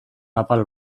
apal